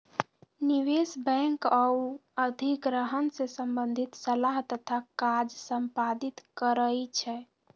निवेश बैंक आऽ अधिग्रहण से संबंधित सलाह तथा काज संपादित करइ छै